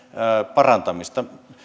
parantamista